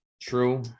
true